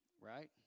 Right